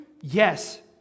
Yes